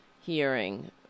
hearing